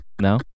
No